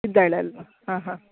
ಇದ್ದಾಳೆ ಅಲ್ವಾ ಹಾಂ ಹಾಂ